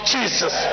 Jesus